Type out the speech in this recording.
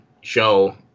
show